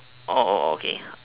okay okay